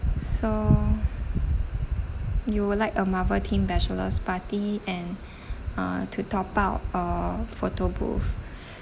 so you would like a marvel theme bachelor's party and uh to top up a photo booth